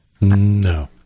No